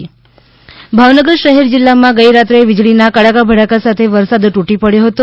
ભાવનગર વરસાદ ભાવનગર શહેર જિલ્લામાં ગઈ રાત્રે વીજળીના કડાકા ભડાકા સાથે વરસાદ તૂટી પડયો હતો